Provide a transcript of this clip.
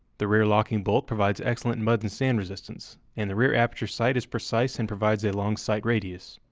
the rear-locking bolt provides excellent mud and sand resistance, and the rear aperture sight is precise and provides a long sight radius.